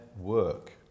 work